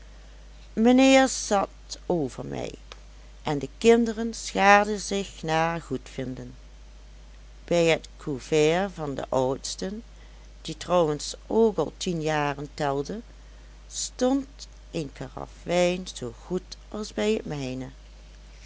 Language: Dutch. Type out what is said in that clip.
mijnheer zat over mij en de kinderen schaarden zich naar goedvinden bij het couvert van den oudsten die trouwens ook al tien jaren telde stond een karaf wijn zoo goed als bij het mijne